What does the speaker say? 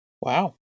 Wow